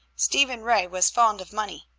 stephen ray was fond of money,